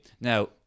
Now